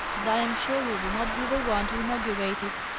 and i am sure you will not be the one to inaugurate it.